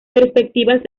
perspectivas